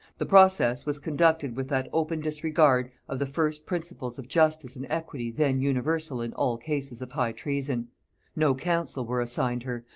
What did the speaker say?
the process was conducted with that open disregard of the first principles of justice and equity then universal in all cases of high treason no counsel were assigned her,